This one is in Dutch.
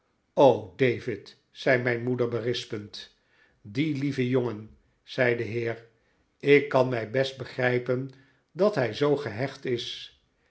david zei mijn moeder berispend die lieve jongen zei de heer ik kan mij best begrijpen dat hij zoo gehecht is